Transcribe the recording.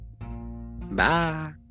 bye